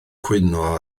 cwyno